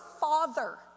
father